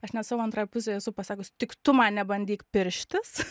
aš net savo antrajai pusei esu pasakius tik tu man nebandyk pirštis